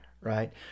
right